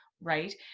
right